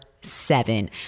seven